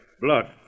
blood